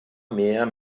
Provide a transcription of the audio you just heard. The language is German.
mehr